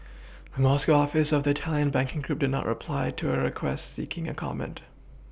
the Moscow office of the italian banking group did not reply to a request seeking a comment